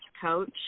coach